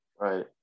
right